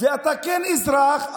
ואתה כן אזרח,